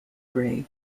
grave